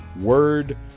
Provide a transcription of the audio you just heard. word